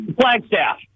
Flagstaff